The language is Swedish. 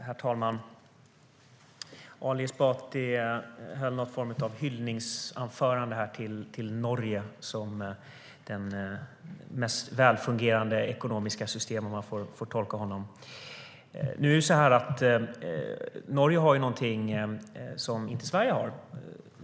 Herr talman! Ali Esbati höll här någon form av hyllningsanförande till Norge som det mest välfungerande ekonomiska systemet, om man får tolka honom. Norge har någonting som inte Sverige har.